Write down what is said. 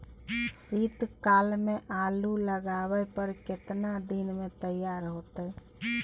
शीत काल में आलू लगाबय पर केतना दीन में तैयार होतै?